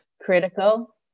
critical